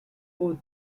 both